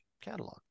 catalog